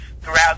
throughout